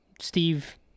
Steve